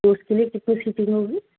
اس کے لیے کتنے سیٹنگ ہوگی